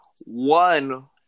one